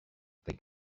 they